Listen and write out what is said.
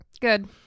Good